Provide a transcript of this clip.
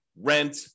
rent